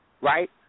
right